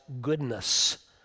goodness